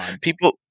People